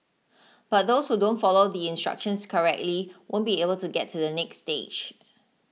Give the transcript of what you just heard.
but those who don't follow the instructions correctly won't be able to get to the next stage